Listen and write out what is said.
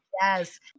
yes